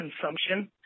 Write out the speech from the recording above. consumption